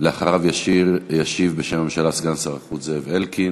אחריו ישיב בשם הממשלה סגן שר החוץ זאב אלקין.